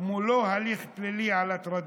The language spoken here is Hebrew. מולו הליך פלילי על ההטרדות,